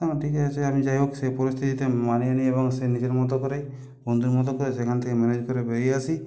আমি ঠিক আছে আমি যাই হোক সেই পরিস্থিতিতে মানিয়ে নিই এবং সে নিজের মতো করেই বন্ধুর মতো করে সেখান থেকে ম্যানেজ করে বেরিয়ে আসি